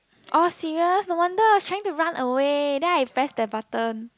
oh serious no wonder I was trying to run away then I press the button